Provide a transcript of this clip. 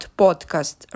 podcast